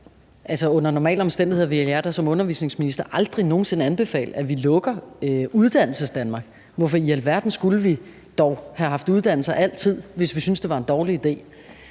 Under normale omstændigheder ville jeg da som undervisningsminister aldrig nogen sinde anbefale, at vi lukker Uddannelsesdanmark, for hvorfor i alverden skulle vi dog have haft uddannelser altid, hvis vi syntes, det var en dårlig idé?